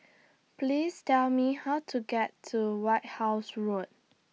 Please Tell Me How to get to White House Road